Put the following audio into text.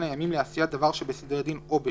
הימים לעשיית דבר שבסדרי דין או בנוהג,